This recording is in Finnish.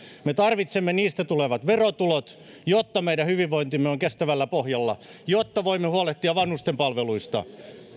me tarvitsemme niistä tulevat verotulot jotta meidän hyvinvointimme on kestävällä pohjalla jotta voimme huolehtia vanhustenpalveluista